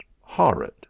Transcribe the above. horrid